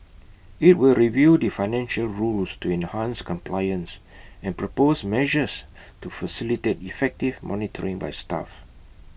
IT will review the financial rules to enhance compliance and propose measures to facilitate effective monitoring by staff